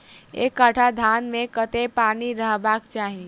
एक कट्ठा धान मे कत्ते पानि रहबाक चाहि?